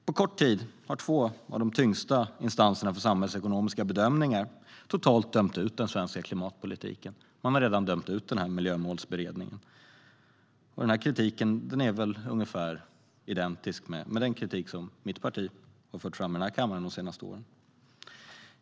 På kort tid har de två av de tyngsta instanserna för samhällsekonomiska bedömningar totalt dömt ut den svenska klimatpolitiken. Man har redan dömt ut Miljömålsberedningen. Kritiken är närmast identisk med den som mitt parti fört fram i den här kammaren de senaste åren.